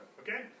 okay